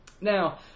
Now